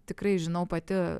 tikrai žinau pati